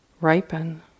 ripen